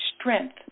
strength